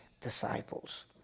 disciples